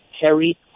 Harry